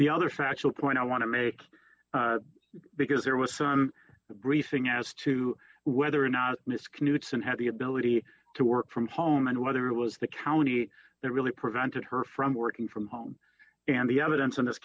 the other factual point i want to make because there was some briefing as to whether or not misc knutson had the ability to work from home and whether it was the county that really prevented her from working from home and the evidence in this